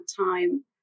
time